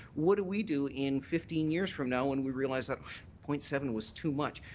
what do we do in fifteen years from now when we realize that point seven was too much?